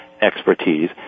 expertise